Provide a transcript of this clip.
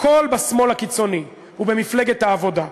הכול בשמאל הקיצוני ובמפלגת העבודה.